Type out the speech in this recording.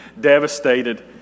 devastated